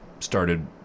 started